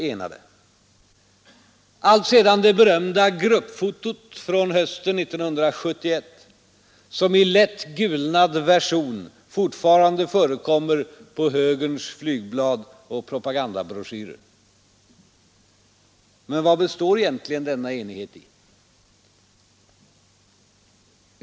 Det gäller alltsedan det berömda gruppfotot från hösten 1971 som i lätt gulnad version fortfarande förekommer på högerns flygblad och propagandabroschyrer. Men vad består egentligen denna enighet i?